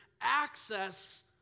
access